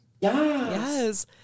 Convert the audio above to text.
yes